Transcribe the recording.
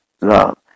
love